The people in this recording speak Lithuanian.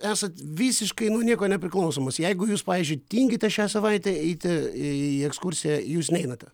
esat visiškai nuo nieko nepriklausomas jeigu jūs pavyzdžiui tingite šią savaitę eiti į ekskursiją jūs neinate